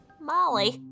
Molly